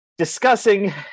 discussing